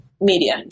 media